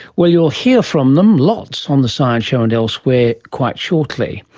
well, you'll hear from them lots on the science show and elsewhere quite shortly.